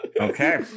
Okay